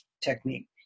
technique